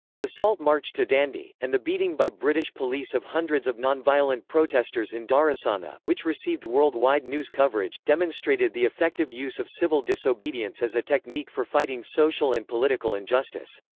the salt march to dandi, and the beating by british police of hundreds of nonviolent protesters in dharasana, which received worldwide news coverage, demonstrated the effective use of civil disobedience as a technique for fighting social and political injustice.